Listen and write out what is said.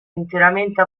interamente